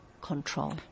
control